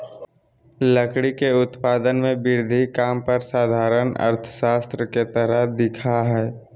लकड़ी के उत्पादन में वृद्धि काम पर साधारण अर्थशास्त्र के तरह दिखा हइ